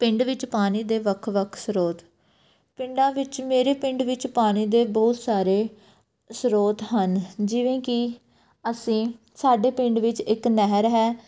ਪਿੰਡ ਵਿੱਚ ਪਾਣੀ ਦੇ ਵੱਖ ਵੱਖ ਸਰੋਤ ਪਿੰਡਾਂ ਵਿੱਚ ਮੇਰੇ ਪਿੰਡ ਵਿੱਚ ਪਾਣੀ ਦੇ ਬਹੁਤ ਸਾਰੇ ਸਰੋਤ ਹਨ ਜਿਵੇਂ ਕਿ ਅਸੀਂ ਸਾਡੇ ਪਿੰਡ ਵਿੱਚ ਇੱਕ ਨਹਿਰ ਹੈ